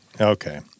Okay